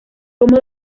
como